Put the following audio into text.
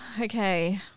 Okay